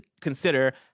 consider